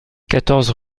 quatorze